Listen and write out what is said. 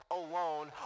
alone